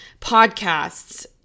podcasts